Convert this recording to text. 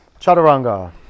chaturanga